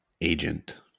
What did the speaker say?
agent